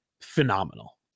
phenomenal